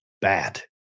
bad